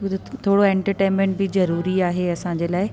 थोरो एंटरटेनमेंट बि ज़रूरी आहे असांजे लाइ